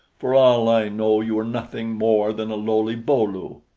for all i know, you are nothing more than a lowly bo-lu.